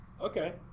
Okay